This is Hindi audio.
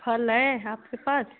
फल है आपके पास